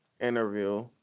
interview